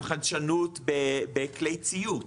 גם חדשנות בכלי ציוד.